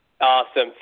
awesome